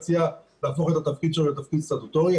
אני מציע להפוך את התפקיד שלו לתפקיד סטטוטורי.